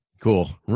Cool